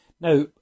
Now